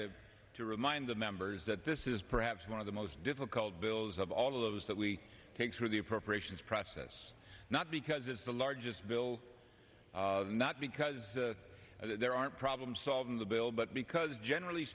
to to remind the members that this is perhaps one of the most difficult bills of all of us that we take through the appropriations process not because it's the largest bill not because there aren't problem solved in the bill but because generally